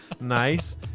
Nice